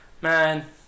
man